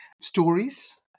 stories